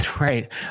Right